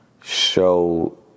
show